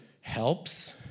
helps